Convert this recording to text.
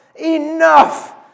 Enough